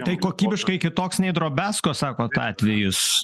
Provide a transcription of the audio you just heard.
tai kokybiškai kitoks nei drobiazko sakot atvejis